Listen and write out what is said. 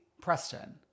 Preston